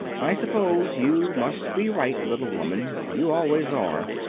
i suppose you must be right, little woman. you always are.